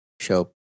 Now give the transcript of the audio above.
show